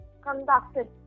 Conducted